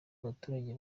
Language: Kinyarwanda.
abaturage